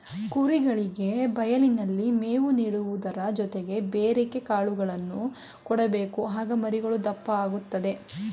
ಕುರಿಗಳಿಗೆ ಬಯಲಿನಲ್ಲಿ ಮೇವು ನೀಡುವುದರ ಜೊತೆಗೆ ಬೆರೆಕೆ ಕಾಳುಗಳನ್ನು ಕೊಡಬೇಕು ಆಗ ಮರಿಗಳು ದಪ್ಪ ಆಗುತ್ತದೆ